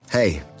Hey